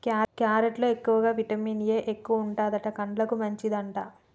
carrot లో ఎక్కువగా vitamin A ఎక్కువుంటది, కండ్లకు మంచిదట